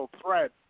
threat